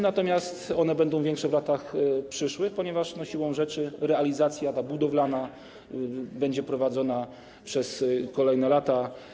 Natomiast one będą większe w latach przyszłych, ponieważ siłą rzeczy realizacja budowlana będzie prowadzona przez kolejne lata.